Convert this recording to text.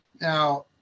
Now